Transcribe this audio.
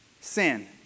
sin